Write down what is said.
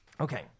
Okay